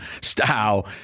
style